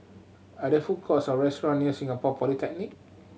are there food courts or restaurant near Singapore Polytechnic